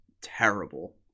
terrible